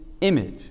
image